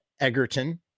Egerton